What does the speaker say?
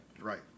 Right